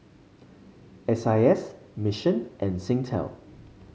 S I S Mission and Singtel